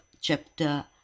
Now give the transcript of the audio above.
chapter